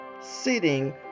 sitting